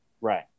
Right